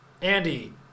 Andy